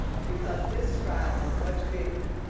because this trial is much bigger.